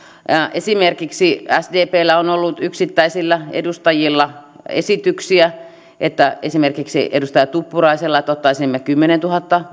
esimerkiksi sdpllä on ollut yksittäisillä edustajilla esityksiä esimerkiksi edustaja tuppuraisella että ottaisimme kymmenentuhatta